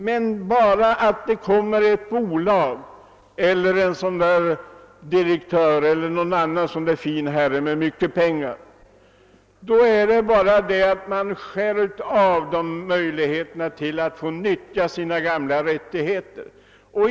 Så snart en direktör från ett bolag eller någon annan fin herre med mycket pengar dyker upp, är man tydligen beredd att beröva befolkningen dess gamla rättigheter.